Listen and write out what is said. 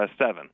seven